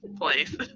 place